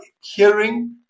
hearing